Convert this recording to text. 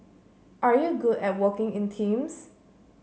are you good at working in teams